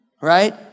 right